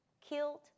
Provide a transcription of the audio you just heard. killed